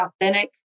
authentic